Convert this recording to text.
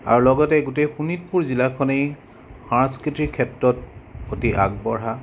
আৰু লগতে গোটেই শোণিতপুৰ জিলাখনেই সাংস্কৃতিৰ ক্ষেত্ৰত আতি আগবঢ়া